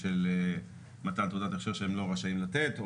באתר של המשרד לשירותי דת.